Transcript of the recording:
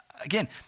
Again